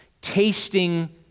tasting